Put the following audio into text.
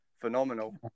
phenomenal